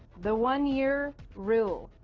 the one-year rule.